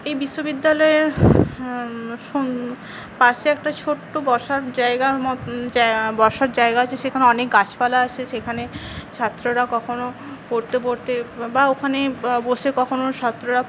এই বিশ্ববিদ্যালয়ে ফো পাশে একটা ছোট্টো বসার জায়গা মত বসার জায়গা আছে সেখানে অনেক গাছপালা আছে সেখানে ছাত্ররা কখনো পড়তে পড়তে বা ওখানে ব বসে কখনো ছাত্ররা